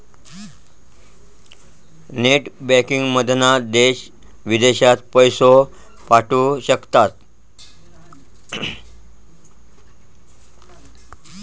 net बँकिंगमधना देश विदेशात पैशे पाठवू शकतास